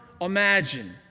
imagine